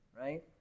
right